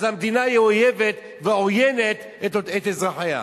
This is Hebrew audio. אז המדינה היא אויבת ועוינת את אזרחיה.